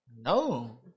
No